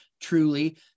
truly